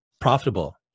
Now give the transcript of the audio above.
profitable